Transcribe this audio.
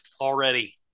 already